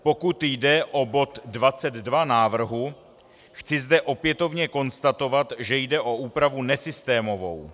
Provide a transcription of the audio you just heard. Pokud jde o bod 22 návrhu, chci zde opětovně konstatovat, že jde o úpravu nesystémovou.